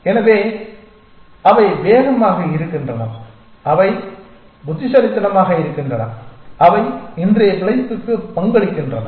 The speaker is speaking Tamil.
எனவே அவை வேகமாக இருக்கின்றன அல்லது அவை புத்திசாலித்தனமாக இருக்கின்றன அவை இன்றைய பிழைப்புக்கு பங்களிக்கின்றன